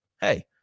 hey